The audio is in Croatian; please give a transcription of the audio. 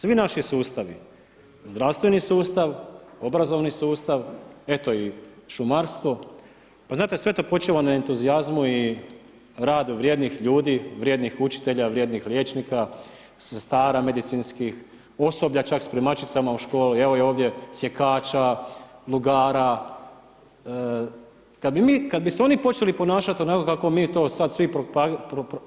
Svi naši sustavi, zdravstveni sustav obrazovni sustav, eto i šumarstvo pa znate sve to počiva na entuzijazmu i radu vrijednih ljudi, vrijednih učitelja, vrijednih liječnika, sestara medicinskih, osoblja čak spremačicama u školi, evo ovdje sjekača, lugara kada bi se oni počeli ponašati onako kako mi to sada svi